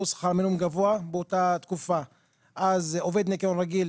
הבחנה בין עובד ניקיון לאחראי ניקיון